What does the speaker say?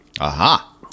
Aha